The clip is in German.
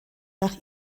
nach